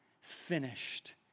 finished